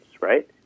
right